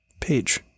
page